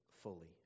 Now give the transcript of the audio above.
fully